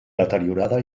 deteriorada